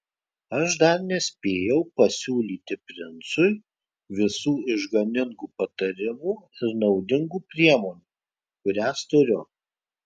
aš dar nespėjau pasiūlyti princui visų išganingų patarimų ir naudingų priemonių kurias turiu